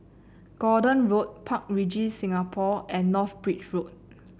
Gordon Road Park Regis Singapore and North Bridge Road